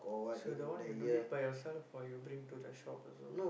so that one you do it by yourself or you bring to the shop also